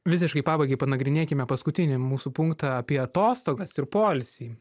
visiškai pabaigai panagrinėkime paskutinį mūsų punktą apie atostogas ir poilsį